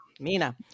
Mina